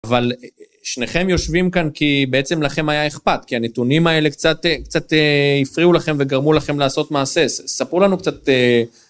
אבל שניכם יושבים כאן כי בעצם לכם היה אכפת, כי הנתונים האלה קצת הפריעו לכם וגרמו לכם לעשות מעשה, ספרו לנו קצת...